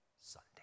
Sunday